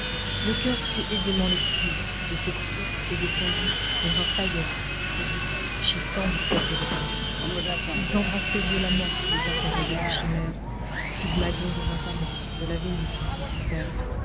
le cœur suit aisément l'esprit de cette source est descendue l'erreur païenne qui se vit chez tant de peuples répandue ils embrassaient violemment les intérêts de leur chimère pygmalion devint amant de la vénus dont il fut